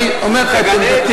אני אומר לך את עמדתי.